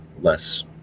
less